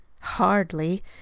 Hardly